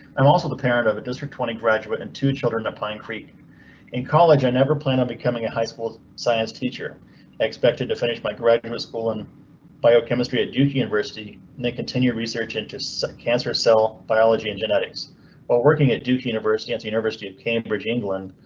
i'm also the parent of a district twenty graduate and two children, applying creek in college. i never plan on becoming a high school science teacher expected to finish my graduate school and biochemistry at duke university. net continue research into so cancer. cell biology and genetics while working at duke university and university of cambridge, england.